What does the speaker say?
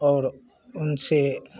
और उन से